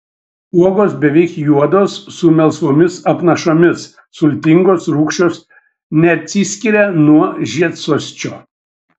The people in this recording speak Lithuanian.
uogos beveik juodos su melsvomis apnašomis sultingos rūgščios neatsiskiria nuo žiedsosčio